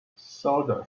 soldiers